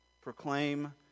Proclaim